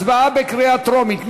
הצבעה בקריאה טרומית.